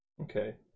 okay